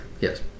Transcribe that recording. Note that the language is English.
Yes